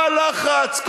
מה הלחץ?